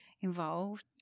involved